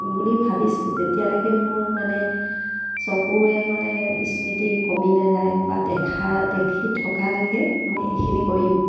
বুলি ভাবিছোঁ যেতিয়ালৈকে মোৰ মানে চকুৰে মানে স্মৃতি কমি নাযায় বা দেখা দেখি থকালৈকে মই এইখিনি কৰিম